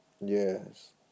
Yes